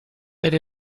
elle